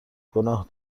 گناه